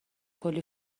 کلی